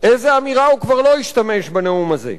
באיזו אמירה הוא כבר לא השתמש בנאום הזה?